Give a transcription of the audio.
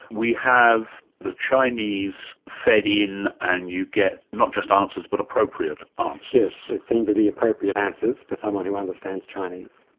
we have the chinese fed in and you get not just answers but appropriate answers? um yes, it seemed to be appropriate answers to someone who understands chinese.